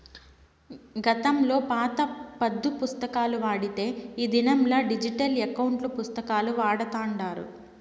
గతంలో పాత పద్దు పుస్తకాలు వాడితే ఈ దినంలా డిజిటల్ ఎకౌంటు పుస్తకాలు వాడతాండారు